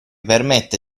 permette